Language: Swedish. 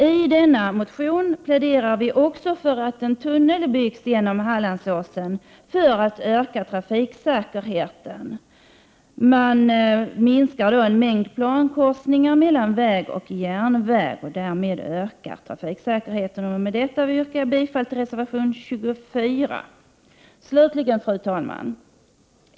I denna motion pläderar vi också för att en tunnel byggs genom Hallandsåsen för att öka trafiksäkerheten. Man minskar då en mängd plankorsningar mellan väg och järnväg, och därmed ökar trafiksäkerheten. Jag yrkar med detta bifall till reservation nr 24. Fru talman!